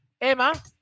Emma